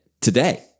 today